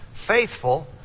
faithful